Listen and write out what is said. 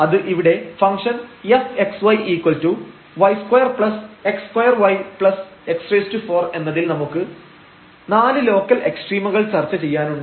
അത് ഇവിടെ function fxy y2x2yx4 എന്നതിൽ നമുക്ക് 4 ലോക്കൽ എക്സ്ട്രീമകൾ ചർച്ച ചെയ്യാനുണ്ട്